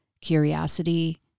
curiosity